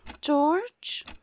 George